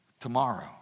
tomorrow